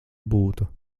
būtu